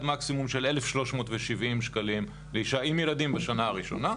מקסימום של 1,370 שקלים לאישה עם ילדים בשנה הראשונה.